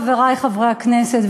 חברי חברי הכנסת,